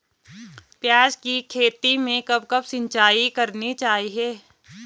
प्याज़ की खेती में कब कब सिंचाई करनी चाहिये?